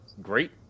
great